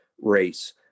race